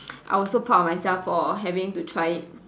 I was so proud of myself for having to try it